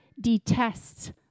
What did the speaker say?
detests